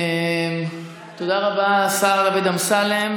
תודה רבה, השר דוד אמסלם.